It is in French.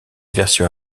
versions